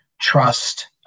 trust